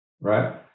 right